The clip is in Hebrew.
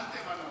נפלתם על השכל?